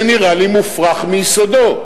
זה נראה לי מופרך מיסודו,